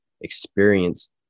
experience